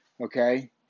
okay